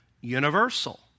universal